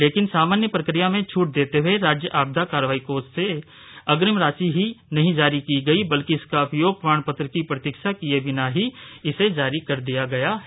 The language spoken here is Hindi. लेकिन सामान्य प्रक्रिया में छूट देते हुए राज्य आपदा कार्रवाई कोष से अग्रिम राशि ही नहीं जारी की गई है बल्कि उपयोग प्रमाण पत्र की प्रतीक्षा किये बिना ही इसे जारी कर दिया गया है